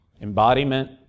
Embodiment